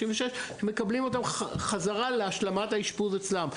36 להשלמת האשפוז אצלם.